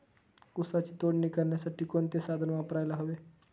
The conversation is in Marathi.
ऊसाची तोडणी करण्यासाठी कोणते साधन वापरायला हवे?